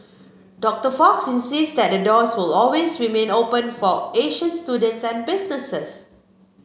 Doctor Fox insists that the doors will always remain open for Asian students and businesses